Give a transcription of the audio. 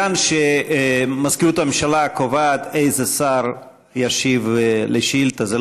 שמזכירות הממשלה קובעת איזה שר ישיב על שאילתה.